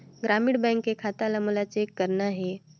ग्रामीण बैंक के खाता ला मोला चेक करना हे?